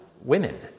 women